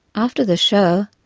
after the show,